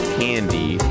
candy